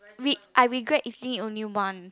re~ I regret eating only one